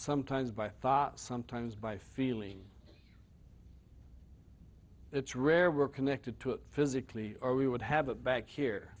sometimes by thought sometimes by feeling it's rare we're connected to it physically or we would have a back here